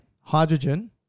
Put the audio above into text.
hydrogen